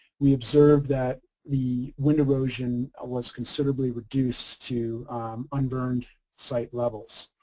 we observed that the wind erosion ah was considerably reduced to un-burned site levels.